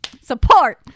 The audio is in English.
support